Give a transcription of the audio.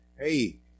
hey